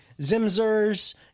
zimzers